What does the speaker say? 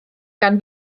gan